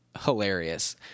hilarious